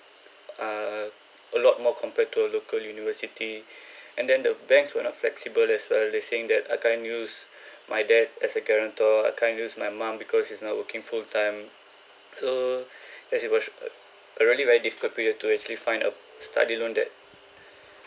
err a lot more compared to a local university and then the banks were not flexible as well saying that I can't use my dad I can't use my dad as a guarantor I can't use my mum because she's not working full-time so yes it was a really very difficult period to actually find a study loan that